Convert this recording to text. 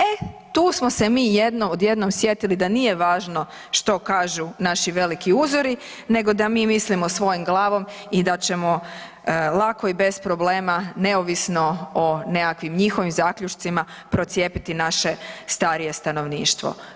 E, tu smo se mi odjednom sjetili da nije važno što kažu naši veliki uzori nego da mi mislimo svojom glavom i da ćemo lako i bez problema, neovisno o nekakvim njihovim zaključcima procijepiti naše starije stanovništvo.